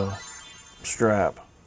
Strap